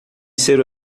ser